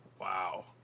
wow